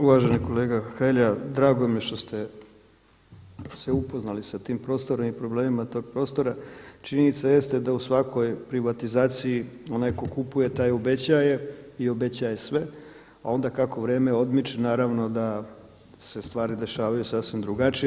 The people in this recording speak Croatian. Uvaženi kolega Hrelja, drago mi je što ste se upoznali s tim prostornim problemima, tog prostora, činjenica jeste da u svakoj privatizaciji onaj tko kupuje taj i obećava sve a onda kako vrijeme odmiče naravno da se stvari dešavaju sasvim drugačije.